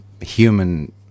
human